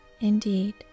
indeed